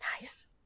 Nice